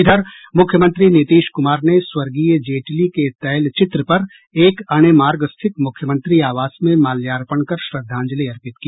इधर मुख्यमंत्री नीतीश कुमार ने स्वर्गीय जेटली के तैलचित्र पर एक अणे मार्ग स्थित मुख्यमंत्री आवास में माल्यार्पण कर श्रद्धांजलि अर्पित की